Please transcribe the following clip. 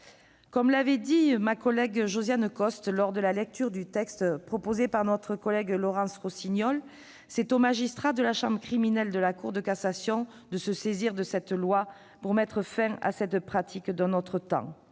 Comme l'avait dit ma collègue Josiane Costes lors de la lecture du texte proposé par notre collègue Laurence Rossignol, c'est aux magistrats de la chambre criminelle de la Cour de cassation de se saisir de cette loi pour mettre fin à cette pratique d'un autre temps.